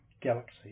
galaxy